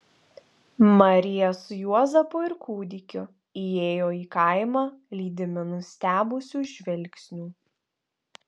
marija su juozapu ir kūdikiu įėjo į kaimą lydimi nustebusių žvilgsnių